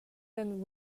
than